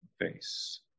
face